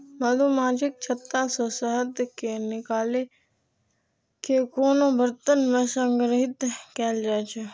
मछुमाछीक छत्ता सं शहद कें निकालि कें कोनो बरतन मे संग्रहीत कैल जाइ छै